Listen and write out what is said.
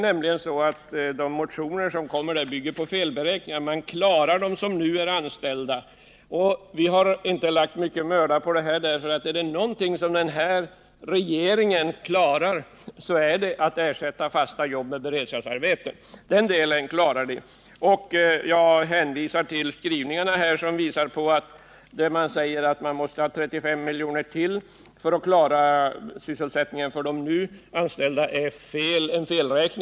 Vi har inte lagt ned stor möda på dem — är det någonting som den här regeringen klarar, så är det att ersätta fasta jobb med beredskapsarbeten. I en motion sägs att man måste ha 35 miljoner till för att klara sysselsättningen för de nu anställda. Det är en felräkning.